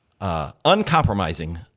uncompromising